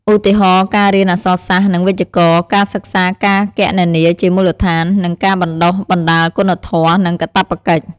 ឧទាហរណ៍ ការរៀនអក្សរសាស្ត្រ និងវេយ្យាករណ៍ ការសិក្សាការគណនាជាមូលដ្ឋាន និងការបណ្ដុះបណ្ដាលគុណធម៌ និងកាតព្វកិច្ច។